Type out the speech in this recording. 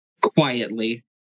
quietly